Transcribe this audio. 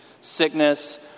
sickness